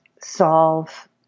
solve